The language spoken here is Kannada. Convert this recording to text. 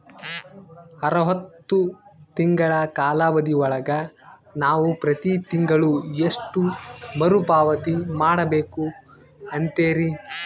ಅರವತ್ತು ತಿಂಗಳ ಕಾಲಾವಧಿ ಒಳಗ ನಾವು ಪ್ರತಿ ತಿಂಗಳು ಎಷ್ಟು ಮರುಪಾವತಿ ಮಾಡಬೇಕು ಅಂತೇರಿ?